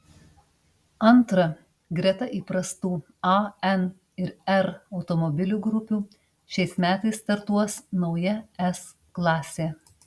antra greta įprastų a n ir r automobilių grupių šiais metais startuos nauja s klasė